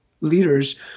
leaders